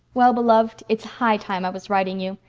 well-beloved, it's high time i was writing you.